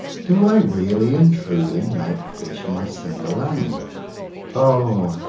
do i really and truly make pleasure my single aim o!